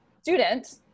student